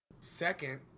Second